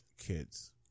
Kids